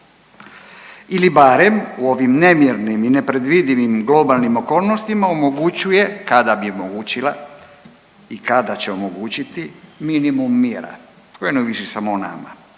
ili barem u ovim nemirnim i nepredvidivim globalnim okolnostima omoguće kada bi omogućila i kada će omogućiti minimum mira koji ne ovisi samo o nama.